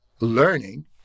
learning